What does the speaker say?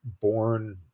born